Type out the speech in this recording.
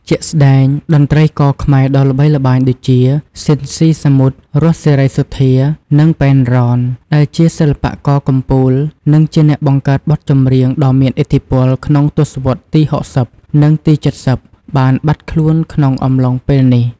ជាក់ស្តែង តន្ត្រីករខ្មែរដ៏ល្បីល្បាញដូចជា ស៊ីន ស៊ីសាមុត រស់ សេរីសុទ្ធា និង ប៉ែន រ៉ន ដែលជាសិល្បករកំពូល និងជាអ្នកបង្កើតបទចម្រៀងដ៏មានឥទ្ធិពលក្នុងទសវត្សរ៍ទី៦០ និងទី៧០ បាន បាត់ខ្លួនក្នុងអំឡុងពេលនេះ។